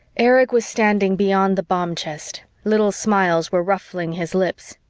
erich was standing beyond the bomb chest little smiles were ruffling his lips.